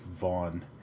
Vaughn